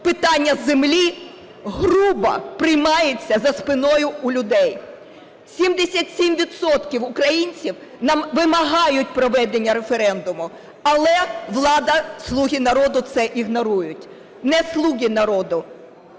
Питання землі грубо приймається за спиною у людей. 77 відсотків українців вимагають проведення референдуму, але влада, "слуги народу" це ігнорують. Не "слуги народу",